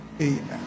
amen